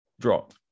drop